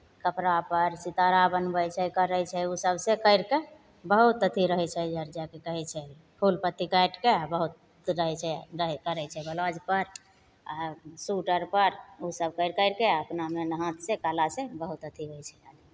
कपड़ापर सितारा बनबै छै करै छै ओ सभसँ करि कऽ बहुत अथि रहै छै जाए कऽ कहै छै फूल पत्ती काटि कऽ बहुत रहै छै रहै करै छै बलाउजपर आ सूट अरपर ओसभ करि करि कऽ आ अपना मेन हाथसँ कला बहुत अथि होइ छै